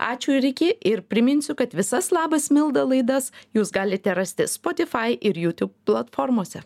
ačiū ir iki ir priminsiu kad visas labas milda laidas jūs galite rasti spotifai ir jutub platformose